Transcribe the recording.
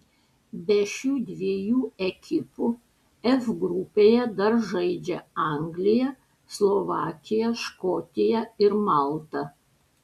be šių dviejų ekipų f grupėje dar žaidžia anglija slovakija škotija ir malta